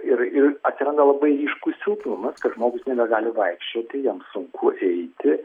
ir ir atsiranda labai ryškus silpnumas kai žmogus nebegali vaikščioti jam sunku eiti